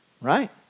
Right